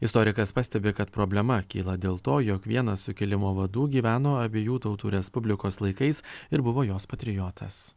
istorikas pastebi kad problema kyla dėl to jog vienas sukilimo vadų gyveno abiejų tautų respublikos laikais ir buvo jos patriotas